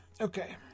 okay